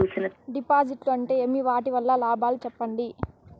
డిపాజిట్లు అంటే ఏమి? వాటి వల్ల లాభాలు సెప్పండి?